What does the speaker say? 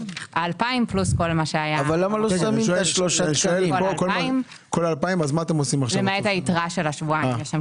ה-2,000 פלוס כל מה שהיה למעט היתרה של השבועיים.